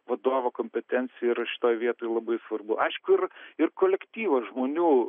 vadovo kompetencija yra šitoj vietoj labai svarbu aišku ir ir kolektyvas žmonių